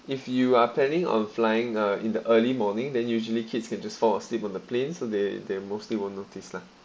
if you are planning on flying uh in the early morning then usually kids can just fall asleep on the planes so they they mostly won't notice lah